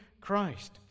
Christ